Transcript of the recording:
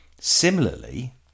similarly